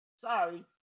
sorry